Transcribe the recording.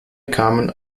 kamen